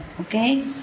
okay